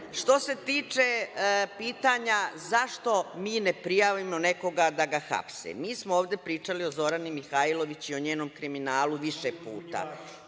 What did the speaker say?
što se tiče pitanja zašto mi ne prijavimo nekoga da ga hapse. Mi smo ovde pričali o Zorani Mihajlović i o njenom kriminalu više puta.